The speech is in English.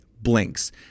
blinks